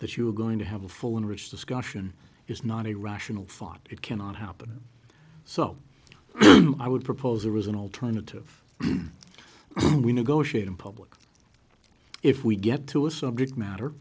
that you are going to have a full and rich discussion is not a rational thought it cannot happen so i would propose there was an alternative we negotiate in public if we get to a subject matter